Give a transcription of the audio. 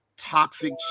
toxic